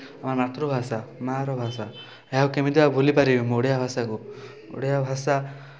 ଆମ ମାତୃଭାଷା ମାଆର ଭାଷା ଏହାକୁ କେମିତି ଆଉ ଭୁଲିପାରିବି ମୁଁ ଓଡ଼ିଆ ଭାଷାକୁ ଓଡ଼ିଆ ଭାଷା